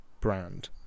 brand